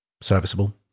serviceable